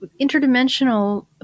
Interdimensional